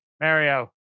Mario